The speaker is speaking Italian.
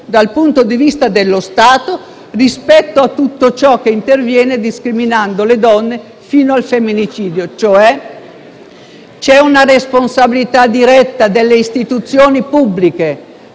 dal punto di vista dello Stato, rispetto a tutto ciò che interviene discriminando le donne fino al femminicidio. C'è, cioè, una responsabilità diretta delle istituzioni pubbliche